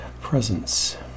presence